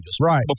right